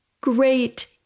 Great